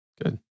Good